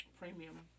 premium